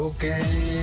Okay